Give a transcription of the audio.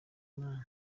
imana